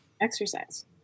exercise